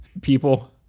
people